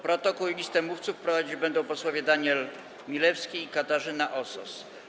Protokół i listę mówców prowadzić będą posłowie Daniel Milewski i Katarzyna Osos.